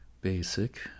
basic